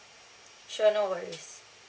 sure no worries